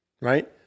right